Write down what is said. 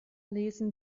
lesen